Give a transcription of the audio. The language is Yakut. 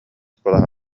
куолаһа